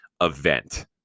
event